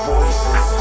Voices